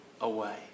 away